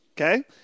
okay